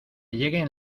lleguen